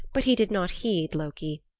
but he did not heed loki.